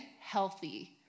healthy